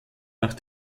nach